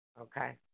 Okay